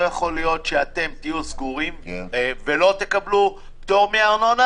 לא יכול להיות שאתם תהיו סגורים ולא תקבלו פטור מארנונה,